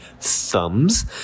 thumbs